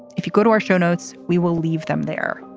if you go to our show notes we will leave them there.